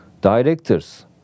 directors